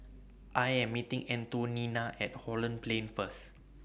I Am meeting Antonina At Holland Plain First